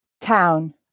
Town